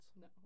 No